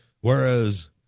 whereas